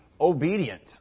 obedient